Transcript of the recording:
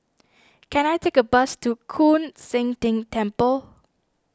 can I take a bus to Koon Seng Ting Temple